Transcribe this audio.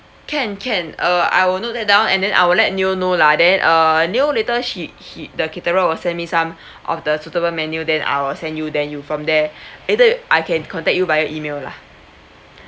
can can uh I will note that down and then I will let neo know lah then err neo later she he the caterer will send me some of the suitable menu then I will send you then you from there either I can contact you via email lah